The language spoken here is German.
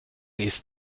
ist